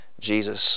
Jesus